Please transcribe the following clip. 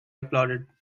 applauded